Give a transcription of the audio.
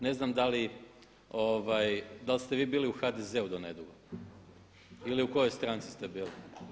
Ne znam da li, da li ste vi bili u HDZ-u do nedugo ili u kojoj stranci ste bili?